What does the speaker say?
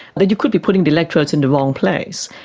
but and you could be putting the electrodes in the wrong place.